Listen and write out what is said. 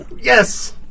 Yes